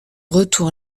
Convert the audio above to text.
retour